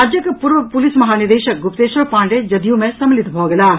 राज्यक पूर्व पुलिस महानिदेशक गुप्तेश्वर पाण्डेय जदयू मे सम्मिलित भऽ गेलाह